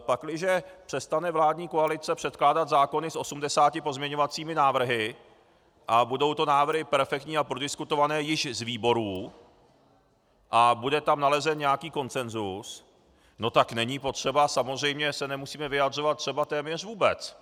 Pakliže přestane vládní koalice předkládat zákony s 80 pozměňovacími návrhy a budou to návrhy perfektní a prodiskutované již z výborů a bude tam nalezen nějaký konsensus, tak není potřeba, samozřejmě se nemusíme vyjadřovat třeba téměř vůbec.